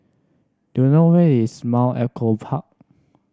do you know where is Mount Echo Park